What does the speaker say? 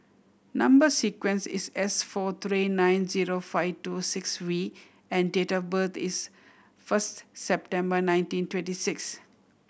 number sequence is S four three nine zero five two six V and date of birth is first September nineteen twenty six